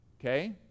Okay